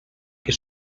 que